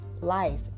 life